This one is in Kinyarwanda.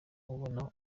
abona